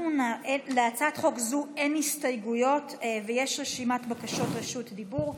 להצעת חוק זאת אין הסתייגויות ויש רשימת בקשות דיבור.